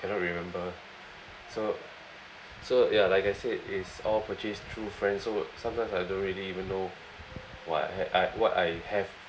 cannot remember so so ya like I said it's all purchased through friends so sometimes I don't really even know what I I what I have